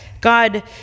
God